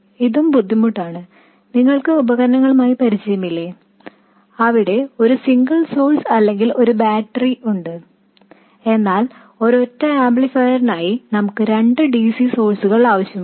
ഇതും ബുദ്ധിമുട്ടാണ് നിങ്ങൾക്ക് ഉപകരണങ്ങളുമായി പരിചയമില്ലേ അവിടെ ഒരു സിംഗിൾ സോഴ്സ് അല്ലെങ്കിൽ ഒരു ബാറ്ററി ഉണ്ട് എന്നാൽ ഒരൊറ്റ ആംപ്ലിഫയറിനായി നമുക്ക് രണ്ട് dc സോഴ്സ്കൾ ആവശ്യമാണ്